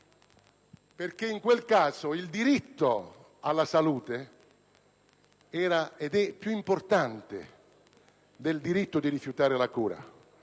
verità: in quel caso, il diritto alla salute era - ed è - più importante di quello di rifiutare la cura,